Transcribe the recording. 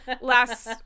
Last